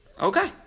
Okay